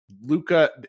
Luca